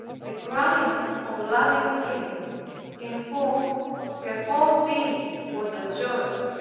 the crime of loving him in whom her whole being was absorbed,